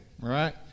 right